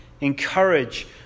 encourage